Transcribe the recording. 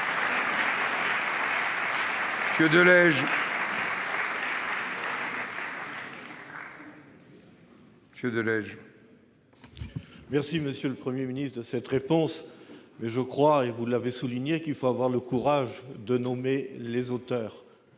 Dominique de Legge, pour la réplique. Merci, monsieur le Premier ministre, de cette réponse, mais je crois, et vous l'avez souligné, qu'il faut avoir le courage de nommer les auteurs.